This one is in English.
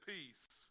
Peace